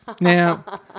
Now